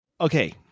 okay